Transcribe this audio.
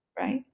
right